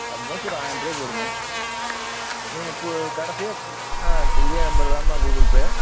advance ஒரு ஆயரரூவா போடுங்க நீங்கள் கடைசியாக ஆ இதே நம்பர்தாம்மா கூகுள்பே